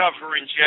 covering